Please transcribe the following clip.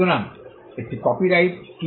সুতরাং একটি কপিরাইট কি